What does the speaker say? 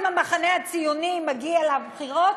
אם המחנה הציוני מגיע לבחירות,